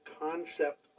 concept